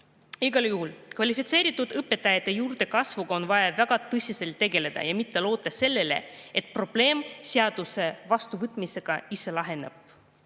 Igal juhul on kvalifitseeritud õpetajate juurdekasvuga vaja väga tõsiselt tegeleda ja mitte loota sellele, et probleem seaduse vastuvõtmisega ise laheneb.